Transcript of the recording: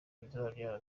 azabyara